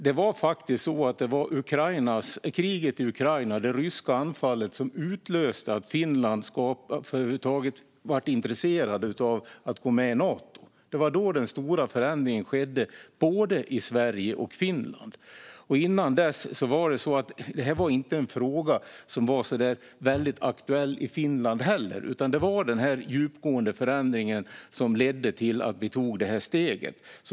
Det var faktiskt kriget i Ukraina, det ryska anfallet, som utlöste att Finland blev intresserat av att gå med i Nato. Det var då den stora förändringen skedde i både Sverige och Finland. Innan dess var detta inte en fråga som var väldigt aktuell i Finland heller. Det var den här djupgående förändringen som ledde till att vi tog detta steg.